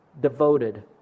devoted